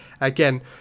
again